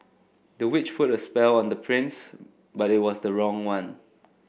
the witch put a spell on the prince but it was the wrong one